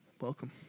Welcome